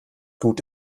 gut